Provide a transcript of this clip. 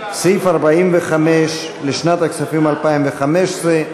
סעיף 45 לשנת הכספים 2015,